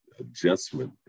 adjustment